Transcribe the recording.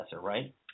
right